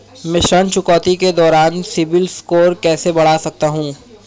मैं ऋण चुकौती के दौरान सिबिल स्कोर कैसे बढ़ा सकता हूं?